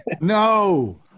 No